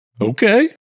Okay